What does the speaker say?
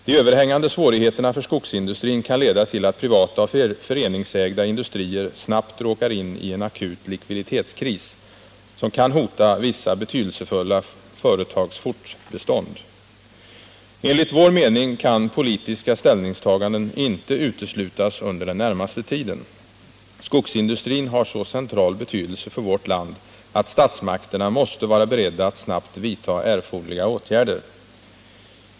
De överhängande svårigheterna för skogsindustrin kan leda till att privata och föreningsägda industrier snabbt råkar in i en akut likviditetskris, som kan hota vissa betydelsefulla företags fortbestånd. Enligt vår mening kan politiska ställningstaganden inte uteslutas under den närmaste tiden. Skogsindustrin har så central betydelse för vårt land, att statsmakterna måste vara beredda att snabbt vidta erforderliga åtgärder.